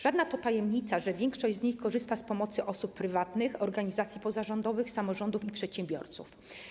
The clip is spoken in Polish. Żadna to tajemnica, że większość z nich korzysta z pomocy osób prywatnych, organizacji pozarządowych, samorządów i przedsiębiorców.